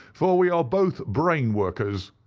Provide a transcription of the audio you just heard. for we are both brain-workers.